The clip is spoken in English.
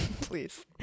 please